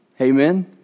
Amen